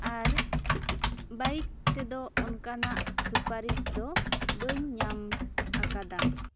ᱟᱨ bike ᱛᱮᱫᱚ ᱚᱱᱠᱟᱱᱟᱜ ᱥᱩᱯᱟᱨᱤᱥ ᱫᱚ ᱵᱟᱹᱧ ᱧᱟᱢ ᱟᱠᱟᱫᱟ